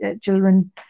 Children